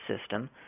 system